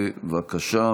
בבקשה.